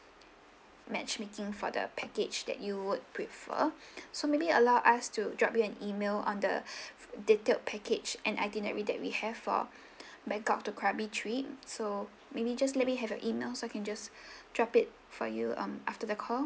matchmaking for the package that you would prefer so maybe allow us to drop you an email on the detailed package and itinerary that we have for bangkok to krabi trip so maybe just let me have your email so I can just drop it for you um after the call